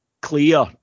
clear